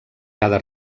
cada